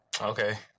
Okay